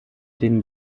den